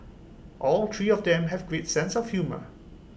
all three of them have great sense of humour